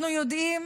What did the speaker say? אנחנו יודעים